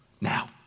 Now